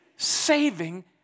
Saving